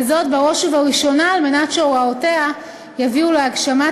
וזאת בראש ובראשונה על מנת שהוראותיה יביאו להגשמת